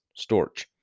Storch